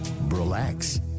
Relax